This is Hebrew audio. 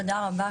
תודה רבה.